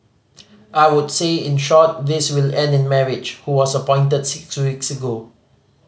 I would say in short this will end in marriage who was appointed six weeks ago